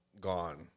gone